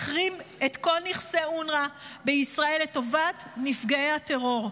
ותחרים את כל נכסי אונר"א בישראל לטובת נפגעי הטרור.